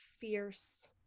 fierce